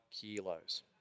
kilos